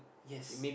yes